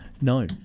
No